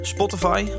Spotify